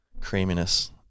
creaminess